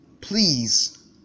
please